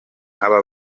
abo